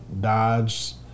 dodge